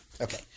Okay